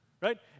right